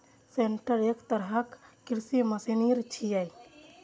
sorter एक तरहक कृषि मशीनरी छियै